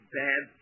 bad